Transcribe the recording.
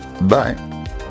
Bye